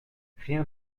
rien